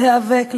להיאבק,